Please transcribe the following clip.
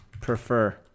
prefer